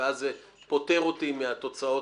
ואז זה פותר אותי מהתוצאות,